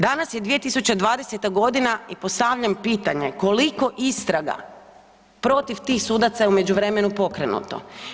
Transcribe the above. Danas je 2020. godina i postavljam pitanje, koliko istraga protiv tih sudaca je u međuvremenu pokrenuto?